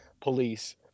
police